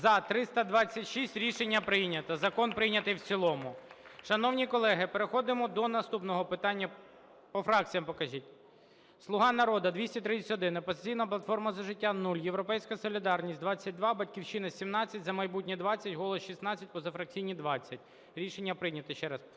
За – 326 Рішення прийнято. Закон прийнятий в цілому. Шановні колеги, переходимо до наступного питання… По фракціях покажіть. "Слуга народу" – 231, "Опозиційна платформа – За життя" – 0, "Європейська солідарність" – 22, "Батьківщина" – 17, "За майбутнє – 20", "Голос" – 16, позафракційні - 20. Рішення прийнято,